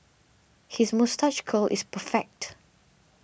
his moustache curl is perfect